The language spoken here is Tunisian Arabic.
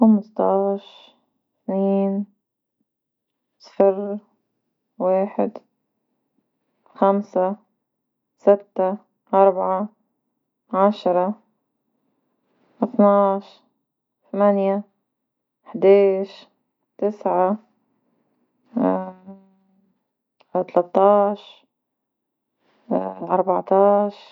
خمسة عشر، اثنين، صفر، واحد، خمسة، ستة، اربعة، عشرة، اثنى عشر، ثمانية، احدا عشر، تسعة، ثلاثة عشر اربعة عشر.